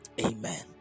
amen